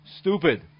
stupid